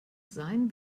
sein